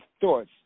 thoughts